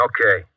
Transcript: Okay